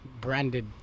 branded